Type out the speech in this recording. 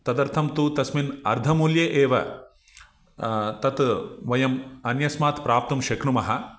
तदर्थं तु तस्मिन् अर्धमूल्ये एव तत् वयम् अन्यस्मात् प्राप्तुं शक्नुमः